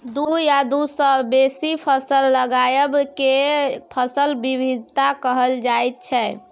दु आ दु सँ बेसी फसल लगाएब केँ फसल बिबिधता कहल जाइ छै